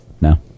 No